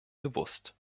bewusst